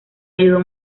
ayudó